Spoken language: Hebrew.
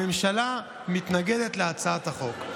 הממשלה מתנגדת להצעת החוק.